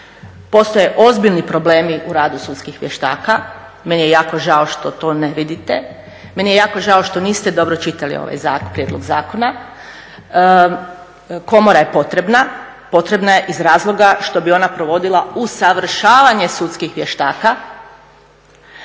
Postoje ozbiljni problemi u radu sudskih vještaka. Meni je jako žao što to ne vidite. Meni je jako žao što niste dobro čitali ovaj prijedlog zakona. Komora je potrebna, potrebna je iz razloga što bi ona provodila usavršavanje sudskih vještaka